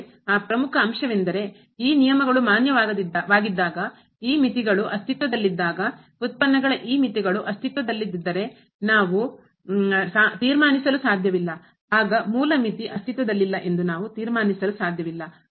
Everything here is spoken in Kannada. ಆದರೆ ಆ ಪ್ರಮುಖ ಅಂಶವೆಂದರೆ ಈ ನಿಯಮಗಳು ಮಾನ್ಯವಾಗಿದ್ದಾಗ ಆ ಮಿತಿಗಳು ಅಸ್ತಿತ್ವದಲ್ಲಿದ್ದಾಗ ಉತ್ಪನ್ನಗಳ ಆ ಮಿತಿಗಳು ಅಸ್ತಿತ್ವದಲ್ಲಿಲ್ಲದಿದ್ದರೆ ನಾವು ತೀರ್ಮಾನಿಸಲು ಸಾಧ್ಯವಿಲ್ಲ ಆಗ ಮೂಲ ಮಿತಿ ಅಸ್ತಿತ್ವದಲ್ಲಿಲ್ಲ ಎಂದು ನಾವು ತೀರ್ಮಾನಿಸಲು ಸಾಧ್ಯವಿಲ್ಲ